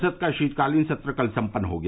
संसद का शीतकालीन सत्र कल सम्पन्न हो गया